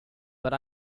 but